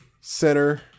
center